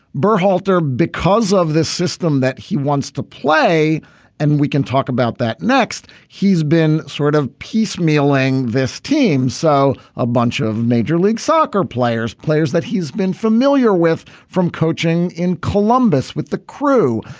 but halter because of this system that he wants to play and we can talk about that next. he's been sort of piecemeal letting this team so a bunch of major league soccer players players that he's been familiar with from coaching in columbus with the crew.